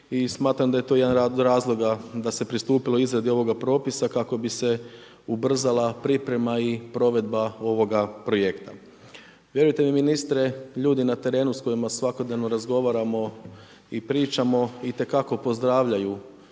smatram da je to jedan od razloga da se pristupilo izradi ovoga propisa kako bi se ubrzala priprema i provedba ovoga projekta. Vjerujte mi ministre, ljudi na terenu s kojima svakodnevno razgovaramo i pričamo itekako pozdravljaju